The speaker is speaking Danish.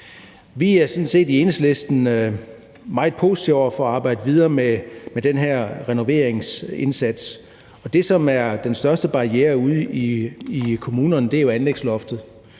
Vi er i Enhedslisten sådan set meget positive over for at arbejde videre med den her renoveringsindsats, og det, som er den største barriere ude i kommunerne, er jo anlægsloftet